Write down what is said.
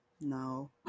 no